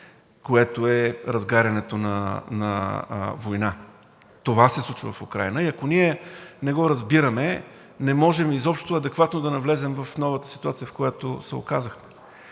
което е разгарянето на война. Това се случва в Украйна и ако ние не го разбираме, не можем изобщо адекватно да навлезем в новата ситуация, в която се оказахме.